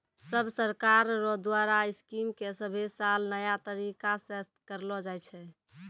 सब सरकार रो द्वारा स्कीम के सभे साल नया तरीकासे करलो जाए छै